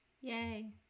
Yay